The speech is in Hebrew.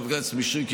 חבר הכנסת מישרקי,